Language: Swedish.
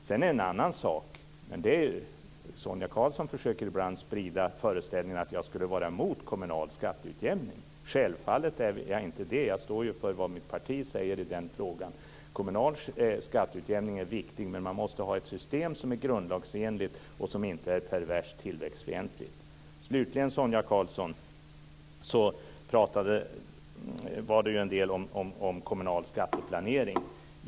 Sedan är det en annan sak: Sonia Karlsson försöker ibland sprida föreställningen att jag skulle vara emot kommunal skatteutjämning. Självfallet är jag inte det. Jag står för vad mitt parti säger i den frågan. Kommunal skatteutjämning är viktig, men man måste ha ett system som är grundlagsenligt och som inte är perverst tillväxtfientligt. Slutligen pratade Sonia Karlsson en del om kommunal skatteplanering.